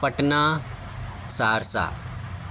Patna Saharsa